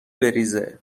بریزه